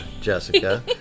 Jessica